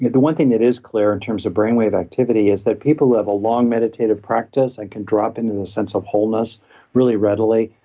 yeah the one thing that is clear in terms of brainwave activity is that people live a long meditative practice and can drop into the sense of wholeness really readily,